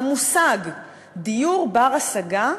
המושג דיור בר-השגה,